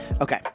Okay